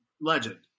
Legend